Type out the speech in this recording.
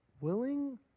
willing